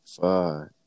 Fuck